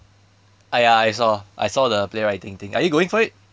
ah ya I saw I saw the playwriting thing are you going for it